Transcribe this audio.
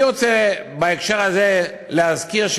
אני רוצה בהקשר הזה להזכיר,